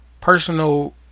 personal